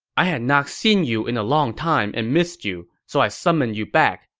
i had not seen you in a long time and missed you, so i summoned you back.